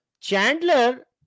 Chandler